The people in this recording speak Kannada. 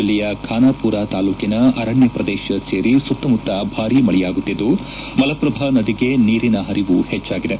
ಜಿಲ್ಲೆಯ ಖಾನಾಪೂರ ತಾಲೂಕಿನ ಅರಣ್ಯ ಪ್ರದೇಶ ಸೇರಿ ಸುತ್ತಮುತ್ತ ಭಾರೀ ಮಳೆಯಾಗುತ್ತಿದ್ದು ಮಲಪ್ರಭಾ ನದಿಗೆ ನೀರಿನ ಹರಿವು ಹೆಚ್ಚಾಗಿದೆ